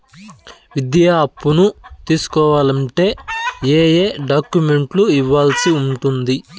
విద్యా అప్పును తీసుకోవాలంటే ఏ ఏ డాక్యుమెంట్లు ఇవ్వాల్సి ఉంటుంది